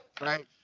Right